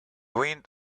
wind